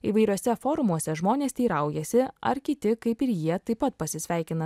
įvairiuose forumuose žmonės teiraujasi ar kiti kaip ir jie taip pat pasisveikina